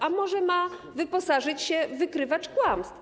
A może ma wyposażyć się w wykrywacz kłamstw?